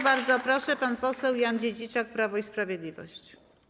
Bardzo proszę, pan poseł Jan Dziedziczak, Prawo i Sprawiedliwość.